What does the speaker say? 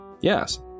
yes